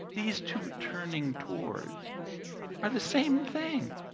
these two turning towards are the same thing.